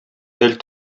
тел